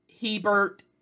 Hebert